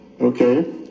Okay